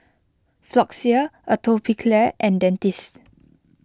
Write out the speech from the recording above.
Floxia Atopiclair and Dentiste